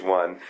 one